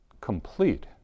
complete